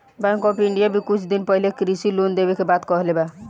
bank of India भी कुछ दिन पाहिले कृषि लोन देवे के बात कहले बा